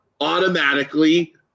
automatically